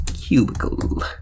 cubicle